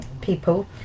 people